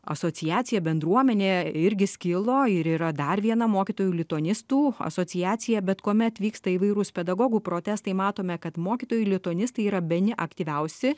asociacija bendruomenė irgi skilo ir yra dar viena mokytojų lituanistų asociacija bet kuomet vyksta įvairūs pedagogų protestai matome kad mokytojai lituanistai yra bene aktyviausi